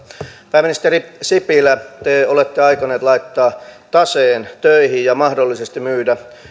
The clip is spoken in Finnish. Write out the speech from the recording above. pääministeri sipilä te olette aikoneet laittaa taseen töihin ja mahdollisesti myydä